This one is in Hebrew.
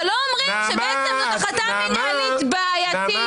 אבל לא אומרים שבעצם זאת החלטה מינהלית בעייתית.